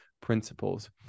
principles